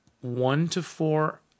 one-to-four